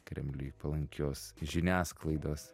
kremliui palankios žiniasklaidos